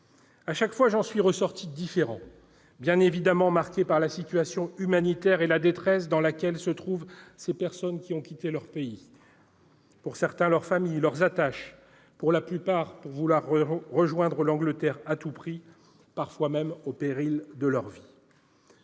À chaque fois, j'en suis ressorti différent, bien évidemment marqué par la situation humanitaire et la détresse dans laquelle se trouvent ces personnes qui ont quitté leur pays, pour certaines leur famille, leurs attaches, la plupart pour rejoindre l'Angleterre à tout prix, parfois même au péril de leur vie.